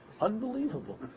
unbelievable